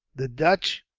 the dutch,